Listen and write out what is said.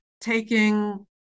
taking